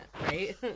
right